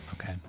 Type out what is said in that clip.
Okay